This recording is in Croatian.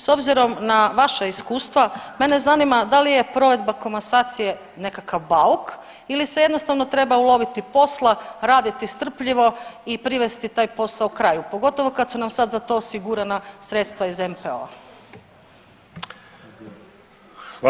S obzirom na vaša iskustava mene zanima da li je provedba komasacije nekakav bauk ili se jednostavno treba uloviti posla, raditi strpljivo i privesti taj posao kraju pogotovo sad kad su nam sad za to osigurana sredstva iz NPO-a.